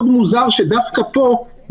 מאוד מוזר שדווקא פה,